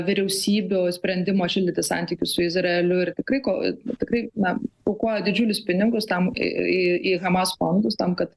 vyriausybių sprendimų atšildyti santykius su izraeliu ir tikrai ko tikrai na aukoja didžiulius pinigus tam į į į hamas fondus tam kad